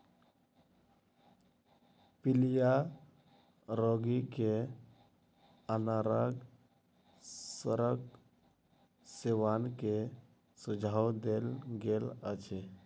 पीलिया रोगी के अनारक रसक सेवन के सुझाव देल गेल अछि